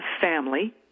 family